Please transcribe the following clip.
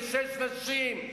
ושש נשים,